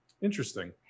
Interesting